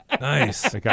Nice